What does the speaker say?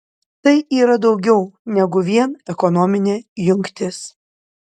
tai yra daugiau negu vien ekonominė jungtis